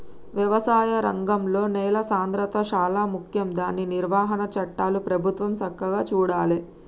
వ్యవసాయ రంగంలో నేల సాంద్రత శాలా ముఖ్యం దాని నిర్వహణ చట్టాలు ప్రభుత్వం సక్కగా చూడాలే